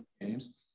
games